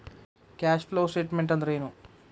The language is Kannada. ಕ್ಯಾಷ್ ಫ್ಲೋಸ್ಟೆಟ್ಮೆನ್ಟ್ ಅಂದ್ರೇನು?